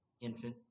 infant